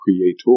creator